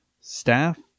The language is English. staff